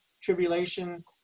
tribulation